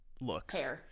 looks